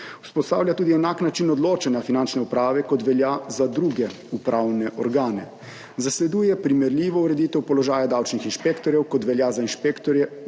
Vzpostavlja tudi enak način odločanja finančne uprave kot velja za druge upravne organe. Zasleduje primerljivo ureditev položaja davčnih inšpektorjev kot velja za inšpektorje